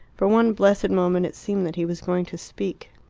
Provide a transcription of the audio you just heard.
for one blessed moment it seemed that he was going to speak.